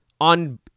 on